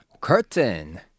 Curtain